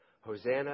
Hosanna